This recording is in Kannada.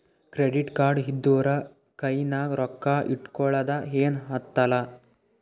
ಕ್ರೆಡಿಟ್ ಕಾರ್ಡ್ ಇದ್ದೂರ ಕೈನಾಗ್ ರೊಕ್ಕಾ ಇಟ್ಗೊಳದ ಏನ್ ಹತ್ತಲಾ